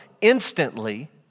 instantly